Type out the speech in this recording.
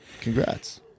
Congrats